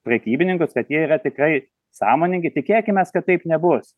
prekybininkus kad jie yra tikrai sąmoningi tikėkimės kad taip nebus